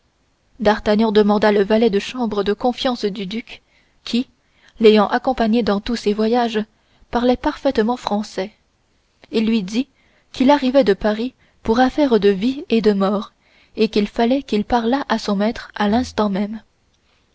d'artagnan demanda le valet de chambre de confiance du duc qui l'ayant accompagné dans tous ses voyages parlait parfaitement français il lui dit qu'il arrivait de paris pour affaire de vie et de mort et qu'il fallait qu'il parlât à son maître à l'instant même